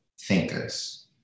thinkers